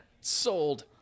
sold